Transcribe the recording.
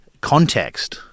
context